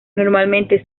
normalmente